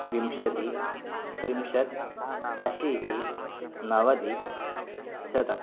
विंशतिः त्रिंशत्ः अशीतिः नवतिः शतम्